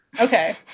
Okay